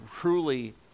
truly